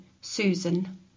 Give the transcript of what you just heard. Susan